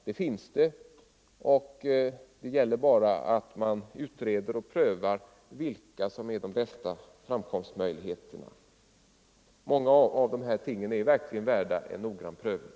Det finns det, och det gäller bara att utreda och pröva vilka som är de bästa framkomstmöjligheterna. Många av de här tingen är verkligen värda en noggrann prövning.